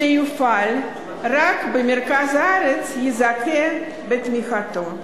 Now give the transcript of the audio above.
שיופעל רק במרכז הארץ, יזכה לתמיכתו.